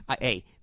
Hey